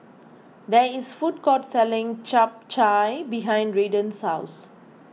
there is food court selling Chap Chai behind Redden's house